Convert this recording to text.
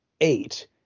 eight